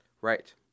Right